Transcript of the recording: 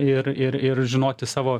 ir ir ir žinoti savo